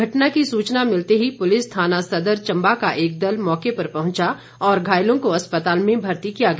घटना की सूचना मिलते ही पुलिस थाना सदर चंबा का एक दल मौके पर पहुंचा और घायलों को अस्पताल में भर्ती किया गया